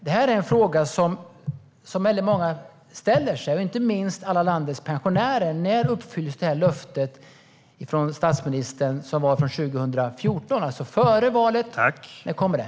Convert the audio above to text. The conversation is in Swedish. Detta är en fråga som väldigt många ställer sig, inte minst alla landets pensionärer: När uppfylls statsministerns löfte från 2014, alltså före valet? När kommer det?